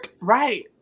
Right